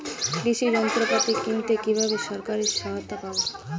কৃষি যন্ত্রপাতি কিনতে কিভাবে সরকারী সহায়তা পাব?